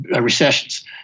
recessions